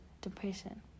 depression